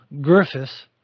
Griffiths